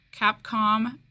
Capcom